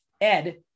Ed